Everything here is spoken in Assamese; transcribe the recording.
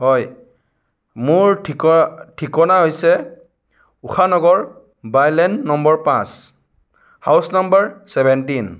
হয় মোৰ ঠিক ঠিকনা হৈছে ঊষানগৰ বাইলেন নম্বৰ পাঁচ হাউচ নাম্বাৰ চেভেণ্টিন